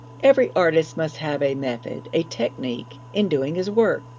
every artist must have a method, a technique, in doing his work.